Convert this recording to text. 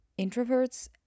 introverts